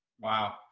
Wow